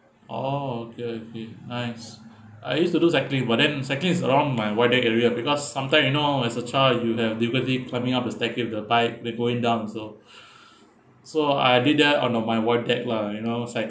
oh okay I see nice I used to do cycling but then cycling is around my wider area because sometimes you know as a child you have liberty climbing up the staircase with the bike then going down also so I did that on a lah you know